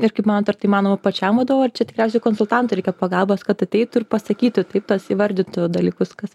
ir kaip manot ar tai įmanoma pačiam vadovui ar čia tikriausiai konsultantų reikia pagalbos kad ateitų ir pasakytų taip tas įvardytų dalykus kas